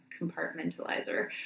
compartmentalizer